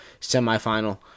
semifinal